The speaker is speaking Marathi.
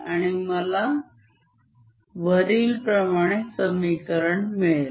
आणि मला वरीलप्रमाणे समीकरण मिळेल